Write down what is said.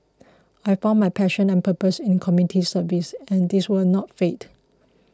I found my passion and purpose in community service and this will not fade